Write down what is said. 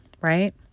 right